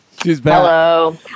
Hello